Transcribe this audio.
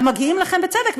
המגיעים לכם בצדק,